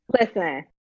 Listen